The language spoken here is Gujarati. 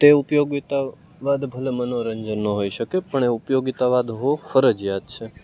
તે ઉપયોગીતાઓ વાદ ભલે મનોરંજનનો હોઈ શકે પણ એ ઉપયોગિતાવાદ હોવો ફરજિયાત છે